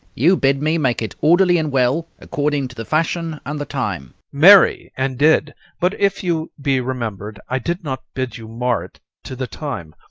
you bid me make it orderly and well, according to the fashion and the time marry, and did but if you be remember'd, i did not bid you mar it to the time.